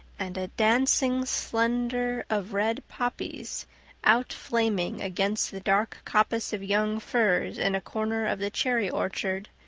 and a dancing slendor of red poppies outflaming against the dark coppice of young firs in a corner of the cherry orchard,